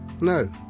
No